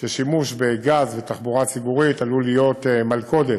ששימוש בגז ותחבורה ציבורית עלול להיות מלכודת,